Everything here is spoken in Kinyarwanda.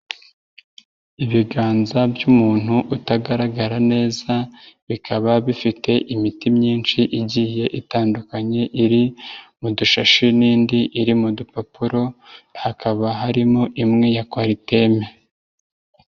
Ibiganza by'umuntu utagaragara neza bikaba bifite imiti myinshi igiye itandukanye iri mu dushashi n'indi iri mu dupapuro hakaba harimo imwe ya kwariteme.